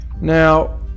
Now